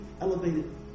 elevated